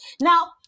Now